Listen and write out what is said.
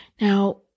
Now